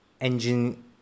engine